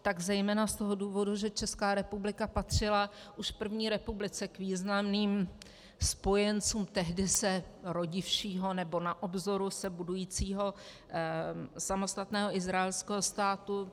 Tak zejména z toho důvodu, že Česká republika patřila už v první republice k významným spojencům tehdy se rodivšího nebo na obzoru se budujícího samostatného izraelského státu.